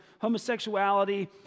homosexuality